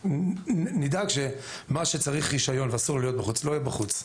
ונדאג שמה שצריך רישיון ואסור לו להיות בחוץ,